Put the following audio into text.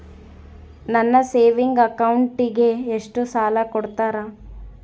ನನ್ನ ಸೇವಿಂಗ್ ಅಕೌಂಟಿಗೆ ಎಷ್ಟು ಸಾಲ ಕೊಡ್ತಾರ?